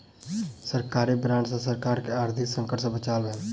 सरकारी बांड सॅ सरकार के आर्थिक संकट सॅ बचाव भेल